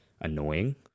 annoying